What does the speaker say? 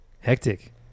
Hectic